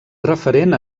referent